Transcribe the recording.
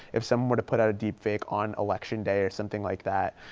if someone were to put out a deep fake on election day or something like that.